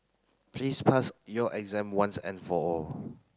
please pass your exam once and for all